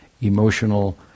emotional